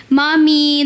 mommy